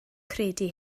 credu